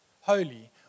holy